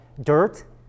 dirt